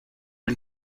and